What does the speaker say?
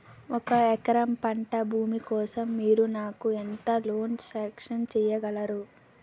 ఒక ఎకరం పంట భూమి కోసం మీరు నాకు ఎంత లోన్ సాంక్షన్ చేయగలరు?